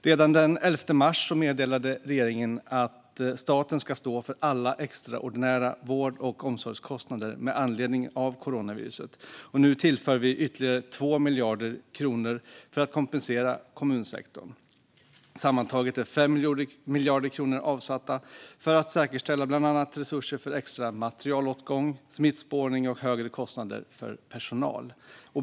Redan den 11 mars meddelade regeringen att staten skulle stå för alla extraordinära vård och omsorgskostnader med anledning av coronaviruset. Nu tillför vi ytterligare 2 miljarder kronor för att kompensera kommunsektorn. Sammantaget är 5 miljarder kronor avsatta för att säkerställa bland annat resurser för extra materialåtgång, smittspårning och högre kostnader för personal.